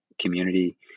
community